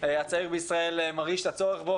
הצעיר בישראל מרגיש את הצורך בו,